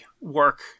work